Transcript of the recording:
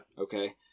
Okay